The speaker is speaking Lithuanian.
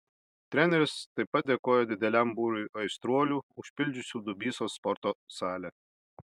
treneris taip pat dėkojo dideliam būriui aistruolių užpildžiusių dubysos sporto salę